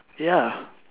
ya